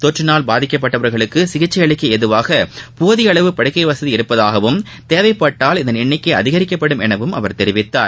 தொற்றினால் பாதிக்கப்பட்டவர்களுக்கு சிகிச்சை அளிக்க ஏதுவாக போதிய அளவு படுக்கை வசதி இருப்பதாகவும் தேவைப்பட்டால் இதன் எண்ணிக்கை அதிகரிக்கப்படும் எனவும் தெரிவித்தார்